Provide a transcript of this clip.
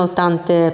tante